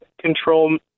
control